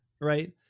right